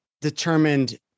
determined